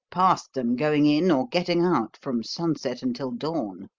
passed them going in or getting out from sunset until dawn.